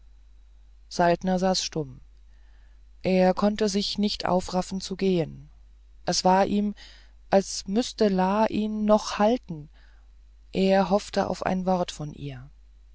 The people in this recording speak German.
saltner saß stumm er konnte sich nicht aufraffen zu gehen es war ihm als müßte la ihn noch halten er hoffte auf ein wort von ihr